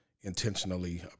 Intentionally